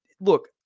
Look